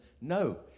no